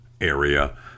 area